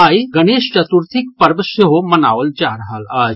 आइए गणेश चतुर्थीक पर्व सेहो मनाओल जा रहल अछि